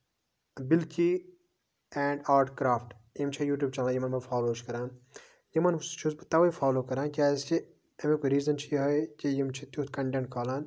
بِلکہِ and art craft یِم چھِ YouTube چنلہٕ یِمَن بہٕ فالو چھِ کران یِمَن چھُس بہٕ تَوے فالو کران کیازِ کہِ اَمیُک ریٖزَن چھُ یِہوے کہِ یِم چھِ تیُتھ کَنٹٮ۪نٹ کھالان